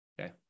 Okay